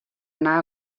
anar